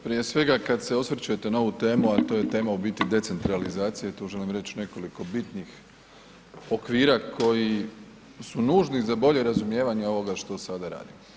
Prije svega kada se osvrćete na ovu temu, a to je tema u biti decentralizacije tu želim reći nekoliko bitnih okvira koji su nužni za bolje razumijevanje ovoga što sada radimo.